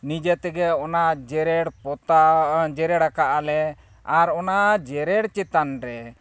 ᱱᱤᱡᱮ ᱛᱮᱜᱮ ᱚᱱᱟ ᱡᱮᱨᱮᱲ ᱯᱚᱛᱟᱣ ᱡᱮᱨᱮᱲ ᱟᱠᱟᱜ ᱞᱮ ᱟᱨ ᱚᱱᱟ ᱡᱮᱨᱮᱲ ᱪᱮᱛᱟᱱ ᱨᱮ